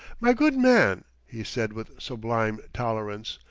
my good man, he said with sublime tolerance,